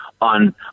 on